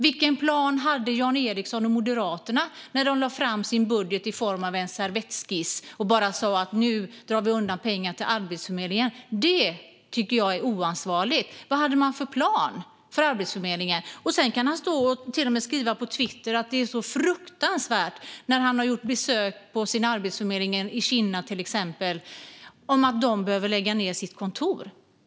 Vilken plan hade Jan Ericson och Moderaterna när de lade fram sin budget i form av en servettskiss och sa: Nu drar vi undan pengar från Arbetsförmedlingen! Jag tycker att detta är oansvarigt. Vad hade man för plan för Arbetsförmedlingen? Sedan kan Jan Ericson till och med skriva på Twitter att han gjort besök hos Arbetsförmedlingen i Kinna till exempel och att det är så fruktansvärt att de behöver lägga ned sitt kontor.